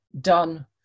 done